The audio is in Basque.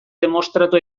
demostratu